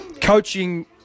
coaching